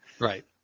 Right